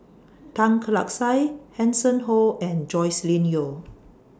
Tan Lark Sye Hanson Ho and Joscelin Yeo